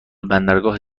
بندرگاه